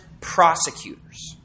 prosecutors